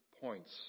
points